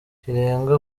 kirenga